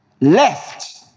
left